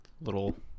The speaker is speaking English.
little